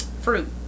fruit